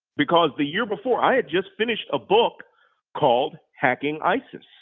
because the year before i had just finished a book called hacking isis,